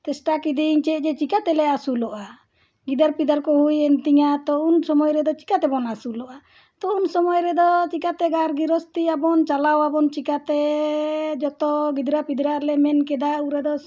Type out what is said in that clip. ᱪᱮᱥᱴᱟ ᱠᱤᱫᱟᱹᱧ ᱪᱮᱫ ᱡᱮ ᱪᱤᱠᱟᱹᱛᱮᱞᱮ ᱟᱹᱥᱩᱞᱚᱜᱼᱟ ᱜᱤᱫᱟᱹᱨ ᱯᱤᱫᱟᱹᱨ ᱠᱚ ᱦᱩᱭᱮᱱ ᱛᱤᱧᱟᱹ ᱛᱚ ᱩᱱ ᱥᱚᱢᱚᱭ ᱨᱮᱫᱚ ᱪᱤᱠᱟᱹᱛᱮᱵᱚᱱ ᱟᱹᱥᱩᱞᱚᱜᱼᱟ ᱛᱚ ᱩᱱ ᱥᱚᱢᱚᱭ ᱨᱮᱫᱚ ᱪᱤᱠᱟᱹᱛᱮ ᱜᱟᱨ ᱜᱤᱨᱚᱥᱛᱤᱭᱟᱵᱚᱱ ᱪᱟᱞᱟᱣᱟᱵᱚᱱ ᱪᱤᱠᱟᱹᱛᱮ ᱡᱷᱚᱛᱚ ᱜᱤᱫᱽᱨᱟᱹ ᱯᱤᱫᱽᱨᱟᱹ ᱞᱮ ᱢᱮᱱ ᱠᱮᱫᱟ ᱩᱱ ᱨᱮᱫᱚ